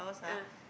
ah